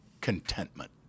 contentment